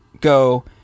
go